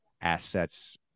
assets